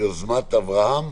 יוזמות אברהם.